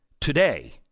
today